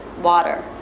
water